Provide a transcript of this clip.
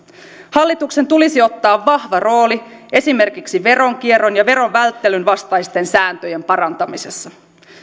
hallituksen tulisi ottaa vahva rooli esimerkiksi veronkierron ja veronvälttelyn vastaisten sääntöjen parantamisessa